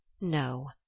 No